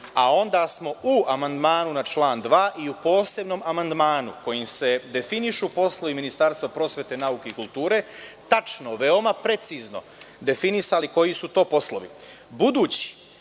a onda smo u amandmanu na član 2. i u posebnom amandmanu, kojim se definišu poslovi ministarstva prosvete, nauke i kulture, tačno, veoma precizno definisali koji su to poslovi. Budući